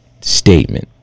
statement